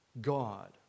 God